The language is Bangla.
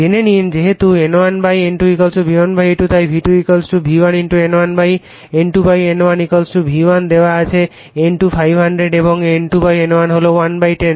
জেনে নিন যেহেতু N1 N2 V1 V2 তাই V2 V1 N2 N1 V1 দেওয়া হয়েছে N2 500 এবং N2 N1 হল 110